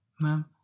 Ma'am